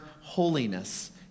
holiness